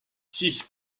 siis